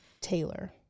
Taylor